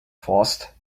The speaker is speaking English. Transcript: fast